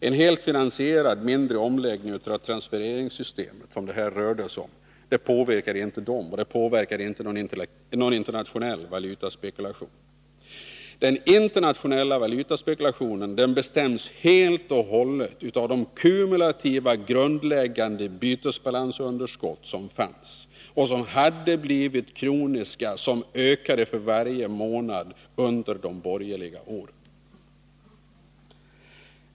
En helt finansierad, mindre omläggning i transfereringssystemet — som det rörde sig om här — påverkar inte dem och inte någon internationell valutaspekulation. Den internationella valutaspekulationen bestäms helt och hållet av de kumulativa, grundläggande bytesbalansunderskott som fanns och som hade blivit kroniska, som ökade för varje månad, under de borgerliga åren.